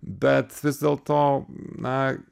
bet vis dėlto na